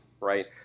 right